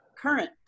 current